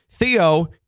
Theo